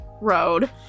Road